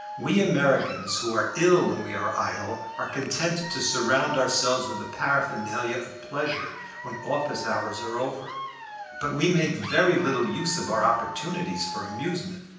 we americans, who are ill when we are idle, are content to surround ourselves with the paraphernalia of pleasure when office hours are over but we make very little use of our opportunities for amusement,